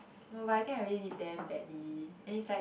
no but I think I really did damn badly and it's like